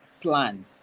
plan